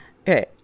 Okay